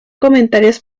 comentarios